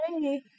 Hey